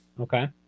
Okay